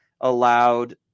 allowed